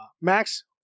Max